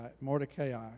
Mordecai